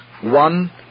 one